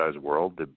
world